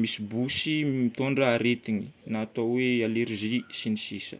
misy bosy mitondra aretigna na atao hoe allérgie sy ny sisa.